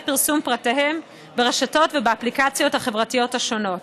פרסום פרטיהם ברשתות ובאפליקציות החברתיות השונות.